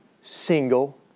single